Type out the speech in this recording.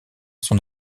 son